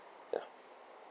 ya